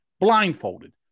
blindfolded